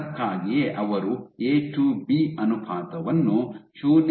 ಅದಕ್ಕಾಗಿಯೇ ಅವರು A to B ಅನುಪಾತವನ್ನು 0